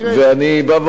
ואני בא ואומר,